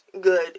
good